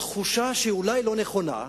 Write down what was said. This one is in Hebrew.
תחושה שאולי לא נכונה,